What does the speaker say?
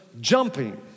jumping